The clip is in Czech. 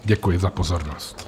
Děkuji za pozornost.